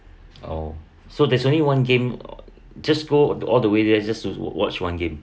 oh so there's only one game just go all the way there just to watch one game